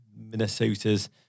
Minnesota's